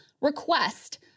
request